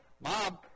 Mom